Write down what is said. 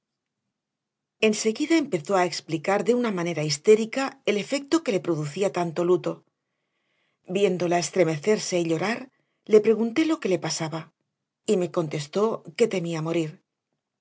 enseguida empezó a explicar de una manera histérica el efecto que le producía tanto luto viéndola estremecerse y llorar le pregunté lo que le pasaba y me contestó que temía morir